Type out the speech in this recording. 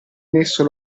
nesso